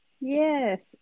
Yes